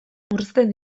murrizten